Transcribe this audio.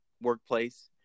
workplace